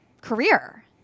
career